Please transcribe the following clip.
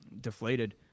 deflated